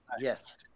Yes